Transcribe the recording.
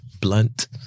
blunt